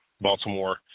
Baltimore